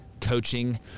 coaching